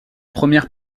première